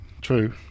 True